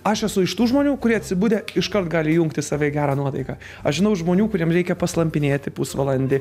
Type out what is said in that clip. aš esu iš tų žmonių kurie atsibudę iškart gali įjungti save į gerą nuotaiką aš žinau žmonių kuriem reikia paslampinėti pusvalandį